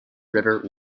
river